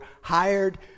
hired